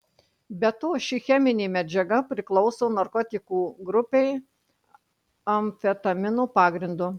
be to ši cheminė medžiaga priklauso narkotikų grupei amfetamino pagrindu